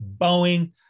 Boeing